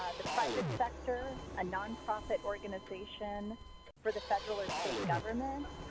ah the private sector, a nonprofit organization for the federal or state government,